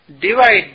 divide